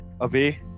away